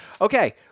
Okay